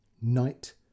Night